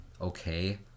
okay